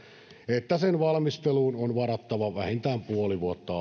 että sen valmisteluun on varattava vähintään puoli vuotta